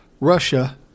Russia